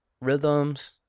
rhythms